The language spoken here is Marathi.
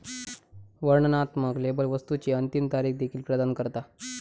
वर्णनात्मक लेबल वस्तुची अंतिम तारीख देखील प्रदान करता